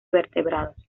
vertebrados